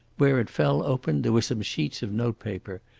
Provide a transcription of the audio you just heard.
where it fell open there were some sheets of note-paper,